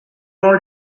all